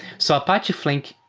so apache flink,